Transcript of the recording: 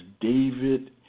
David